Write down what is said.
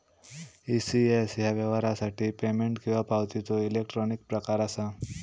ECS ह्या व्यवहारासाठी payment किंवा पावतीचो इलेक्ट्रॉनिक प्रकार असा